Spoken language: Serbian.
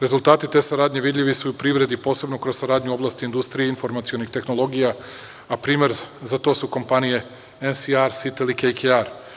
Rezultati te saradnje vidljivi su u privredi, posebno kroz saradnju u oblasti industrije i informacionih tehnologija, a primer za to su kompanije „NSARS“ i „Telekejkiar“